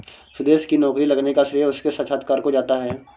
सुदेश की नौकरी लगने का श्रेय उसके साक्षात्कार को जाता है